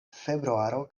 februaro